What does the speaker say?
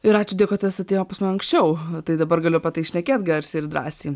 ir ačiū dievui kad tas atėjo pas mane anksčiau tai dabar galiu tai šnekėt garsiai ir drąsiai